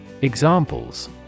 Examples